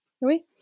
Oui